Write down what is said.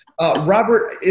Robert